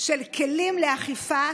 של כלים לאכיפה,